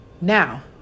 Now